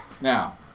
now